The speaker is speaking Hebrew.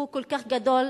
הוא כל כך גדול,